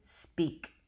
Speak